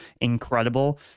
incredible